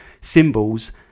symbols